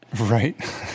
Right